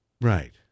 Right